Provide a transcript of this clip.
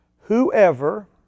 Whoever